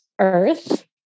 earth